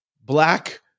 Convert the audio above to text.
black